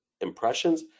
impressions